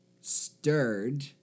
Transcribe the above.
stirred